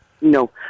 No